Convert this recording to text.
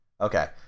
Okay